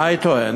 מה היא טוענת?